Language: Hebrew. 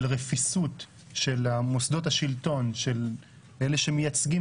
של רפיסות מוסדות השלטון ושל אלה שמייצגים